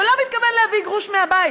ולא מתכוון להביא גרוש מהבית.